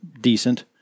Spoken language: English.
decent